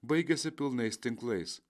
baigiasi pilnais tinklais